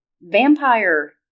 vampire